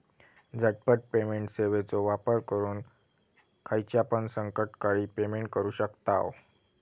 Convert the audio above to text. झटपट पेमेंट सेवाचो वापर करून खायच्यापण संकटकाळी पेमेंट करू शकतांव